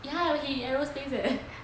ya he aerospace eh